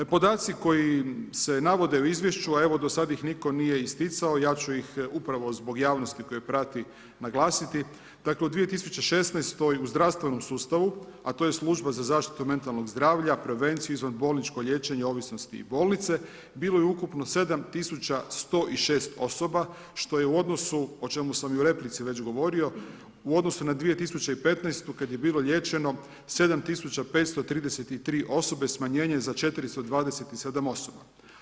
Podaci koji se navode u izvješću, a evo, do sada ih nitko nije isticao, ja ću ih upravo zbog javnosti, koju prati, naglasiti, dakle u 2016. u zdravstvenom sustavu, a to je služba za zaštitu metalnog zdravlja, prevenciju, izvanbolničko liječenje ovisnosti i bolnice, bilo je ukupno 7106 osoba, što je u odnosu, u čemu sam i u replici već govorio, u odnosu na 2015. kada je bilo liječeno 7533 osobe, smanjenje za 427 osoba.